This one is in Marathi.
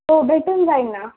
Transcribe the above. हो भेटून जाईन ना